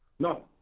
No